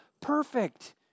perfect